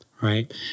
right